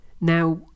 Now